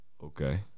Okay